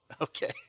Okay